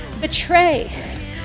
betray